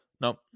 nope